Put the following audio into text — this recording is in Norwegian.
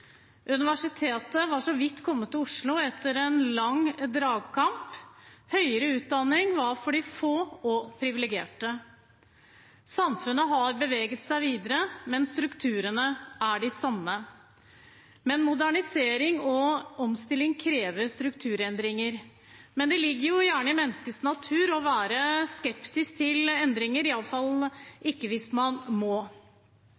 Universitetet var så vidt kommet til Oslo etter en lang dragkamp, og høyere utdanning var for de få og privilegerte. Samfunnet har beveget seg videre, men strukturene er de samme. Modernisering og omstilling krever strukturendringer, men det ligger jo gjerne i menneskets natur å være skeptisk til endringer, i